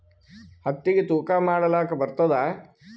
ಹತ್ತಿಗಿ ತೂಕಾ ಮಾಡಲಾಕ ಬರತ್ತಾದಾ?